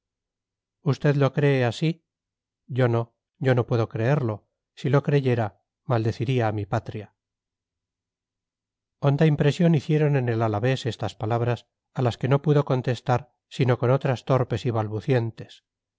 usted lo cree así yo no yo no puedo creerlo si lo creyera maldeciría a mi patria honda impresión hicieron en el alavés estas palabras a las que no pudo contestar sino con otras torpes y